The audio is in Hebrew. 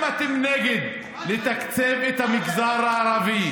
חמד אם אתם נגד לתקצב את המגזר הערבי,